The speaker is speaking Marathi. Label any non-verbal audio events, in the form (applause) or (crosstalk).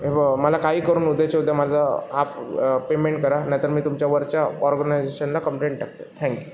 (unintelligible) मला काही करून उद्याच्या उद्या माझं हाफ पेमेंट करा नाहीतर मी तुमच्या वरच्या ऑर्गनायझेशनला कंप्लेंट टाकतो थँक्यू